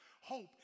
Hope